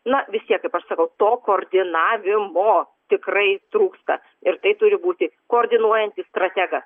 na vis tiek kaip aš sakau to koordinavimo tikrai trūksta ir tai turi būti koordinuojantis strategas